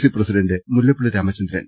C president Mullappally Ramachandran